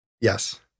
Yes